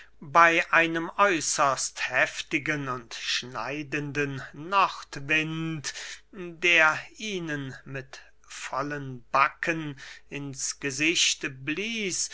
bey einem äußerst heftigen und schneidenden nordwind der ihnen mit vollen backen ins gesicht blies